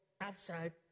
outside